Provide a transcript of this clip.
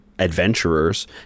adventurers